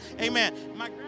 Amen